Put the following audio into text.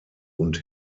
und